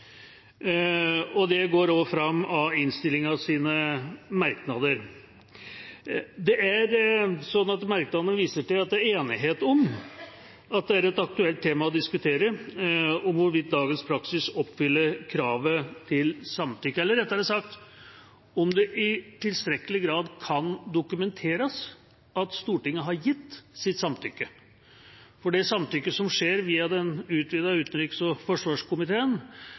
og det går også fram av merknadene i innstillinga. Det vises i merknadene til at det er enighet om at det er et aktuelt tema å diskutere om hvorvidt dagens praksis oppfyller kravet til samtykke – eller rettere sagt, om det i tilstrekkelig grad kan dokumenteres at Stortinget har gitt sitt samtykke. Det samtykket som skjer via den utvidete utenriks- og forsvarskomiteen,